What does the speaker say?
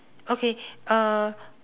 okay uh